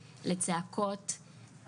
לצעקות,